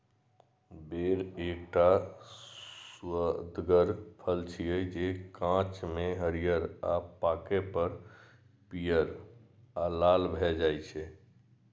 बेर एकटा सुअदगर फल छियै, जे कांच मे हरियर आ पाके पर पीयर आ लाल भए जाइ छै